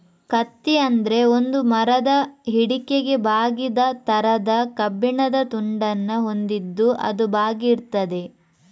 ಕತ್ತಿ ಅಂದ್ರೆ ಒಂದು ಮರದ ಹಿಡಿಕೆಗೆ ಬಾಗಿದ ತರದ ಕಬ್ಬಿಣದ ತುಂಡನ್ನ ಹೊಂದಿದ್ದು ಅದು ಬಾಗಿ ಇರ್ತದೆ